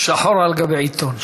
שחור על גבי עיתון.